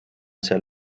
seal